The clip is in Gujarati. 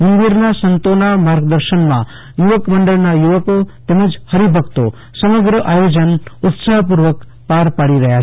મંદિરના સંતોના માર્ગદર્શનમાં યુવક મંડળના યુવકો તેમજ હરિભક્તો સમગ્ર આયોજન ઉત્સાહપુર્વક પાડી રહ્યા છે